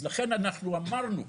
אז לכן אנחנו אמרנו,